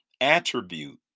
attribute